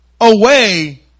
Away